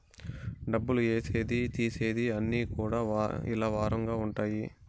డబ్బులు ఏసేది తీసేది అన్ని కూడా ఇలా వారంగా ఉంటాయి